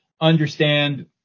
understand